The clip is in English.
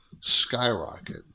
skyrocket